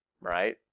right